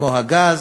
כמו הגז,